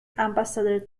ambassador